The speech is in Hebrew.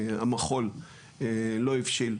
המחו"ל לא הבשיל,